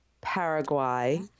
Paraguay